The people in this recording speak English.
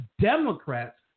Democrats